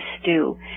stew